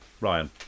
Ryan